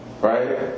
Right